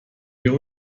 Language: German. wir